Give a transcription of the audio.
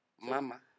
Mama